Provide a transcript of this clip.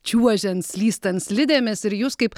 čiuožiant slystant slidėmis ir jūs kaip